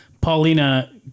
Paulina